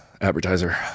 advertiser